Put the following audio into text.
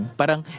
parang